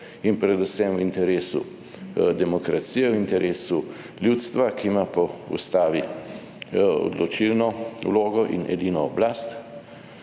in predvsem v interesu demokracije, v interesu ljudstva, ki ima po Ustavi odločilno vlogo in edino oblast.